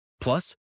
Plus